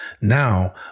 Now